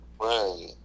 Right